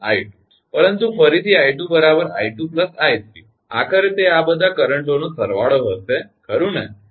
પરંતુ ફરીથી 𝐼2 𝑖2 𝐼3 આખરે તે આ બધા કરંટોનો સરવાળો હશે ખરુ ને